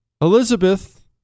Elizabeth